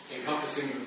encompassing